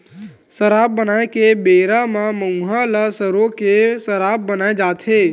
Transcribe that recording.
सराब बनाए के बेरा म मउहा ल सरो के सराब बनाए जाथे